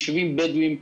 ביישובים בדואים,